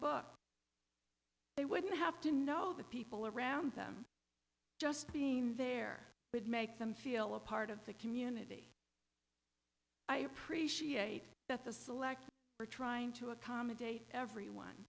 book they wouldn't have to know the people around them just being there would make them feel a part of the community i appreciate that the select are trying to accommodate everyone